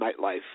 nightlife